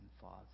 Father